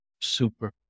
Super